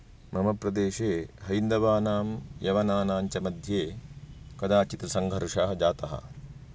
मम प्रदेशे हैन्दवानां यवनानां च मध्ये कदाचित् सङ्घर्षः जातः